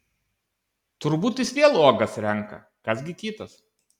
turbūt jis vėl uogas renka kas gi kitas